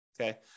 okay